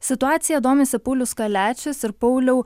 situacija domisi paulius kaliačius ir pauliau